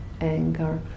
anger